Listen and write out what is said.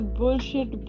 bullshit